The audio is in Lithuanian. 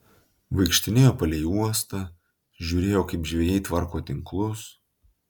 vaikštinėjo palei uostą žiūrėjo kaip žvejai tvarko tinklus